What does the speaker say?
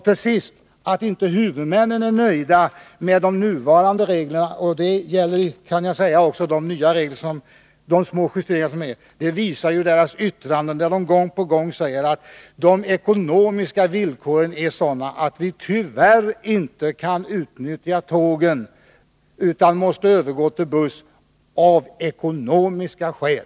Till sist: Att huvudmännen inte är nöjda med de nuvarande reglerna — och det gäller också de nya reglerna med de små justeringar det är fråga om — visar ju deras yttranden, där de gång på gång säger att de ekonomiska villkoren är sådana att de tyvärr inte kan utnyttja tågen utan måste övergå till buss av ekonomiska skäl.